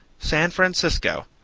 san francisco.